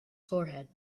forehead